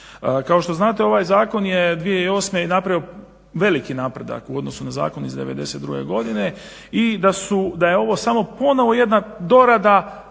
Kao što znate ovaj zakon je 2008. napravio veliki napredak u odnosu na zakon iz '92. godine i da su, da je ovo samo ponovo jedna dorada